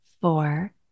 four